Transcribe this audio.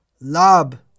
lab